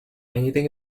anything